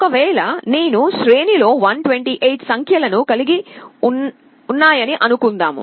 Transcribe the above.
ఒకవేళ నేను శ్రేణి లో 128 సంఖ్య లను కలిగి ఉన్నానని అనుకుందాం